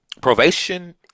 Probation